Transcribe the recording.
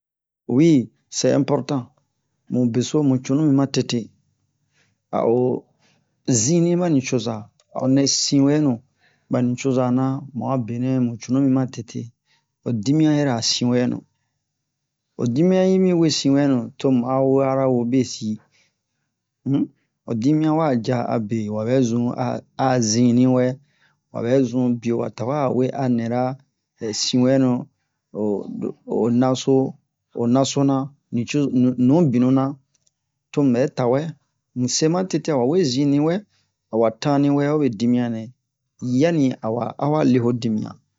wi sɛ ɛnportan mu beso mu cunu mi matete a o jinni ɓa nucoza a o nɛ sinhɛnu ɓa nucoza na mu a benɛ mu cunu mi matete ho dimiyan yɛrɛ a sinhɛnu ho dimaiyan mi we sinwɛnu to mu a wara hobesin um ho dimiyan wa caa abe wabe zun a a zinni wɛ wabɛ zun biye wa tawɛ a wɛ a nɛ-ra sinhɛnu o lo o naso o naso na nucozo nu binu na to mu tawɛ mu se matete awa we zinni wɛ awa tanni wɛ ho dimiyan nɛ yanni a wa a wa lee ho dimiyan